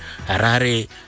Harare